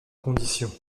condition